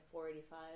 485